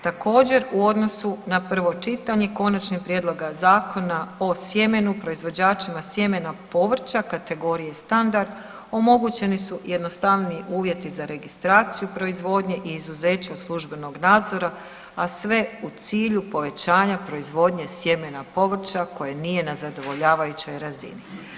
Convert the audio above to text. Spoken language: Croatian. Također, u odnosu na prvo čitanje Konačnim prijedlogom Zakona o sjemenu proizvođačima sjemenog povrća kategorije standard omogućeni su jednostavniji uvjeti za registraciju proizvodnje i izuzeće od službenog nadzora, a sve u cilju povećanja proizvodnje sjemena povrća koje nije na zadovoljavajućoj razini.